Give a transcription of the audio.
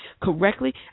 correctly